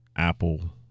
Apple